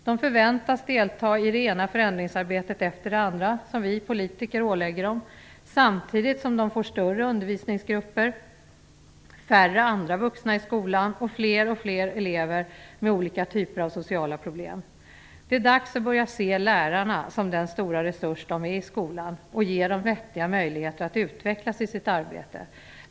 De förväntas delta i det ena förändringsarbetet efter det andra som vi politiker ålägger dem, samtidigt som de får större undervisningsgrupper, färre andra vuxna i skolan och fler och fler elever med olika typer av sociala problem. Det är dags att börja se lärarna som den stora resurs som de är i skolan och ge dem vettiga möjligheter att utvecklas i sitt arbete.